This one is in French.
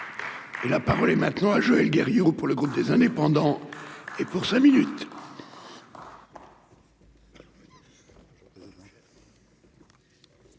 La parole est maintenant à Joël Guerriau pour le groupe des indépendants et pour cinq minutes.